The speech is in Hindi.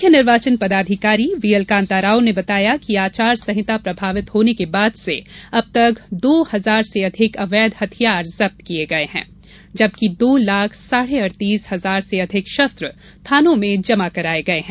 मुख्य निर्वाचन पदाधिकारी वीएल कांताराव ने बताया कि आचार संहिता प्रभावित होने के बाद से अब तक दो हजार से अधिक अवैध हथियार जब्त किये गये हैं जबकि दो लाख साढ़े अड़तीस हजार से अधिक शस्त्र थानों में जमा कराये गये हैं